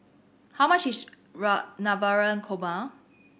how much Navratan Korma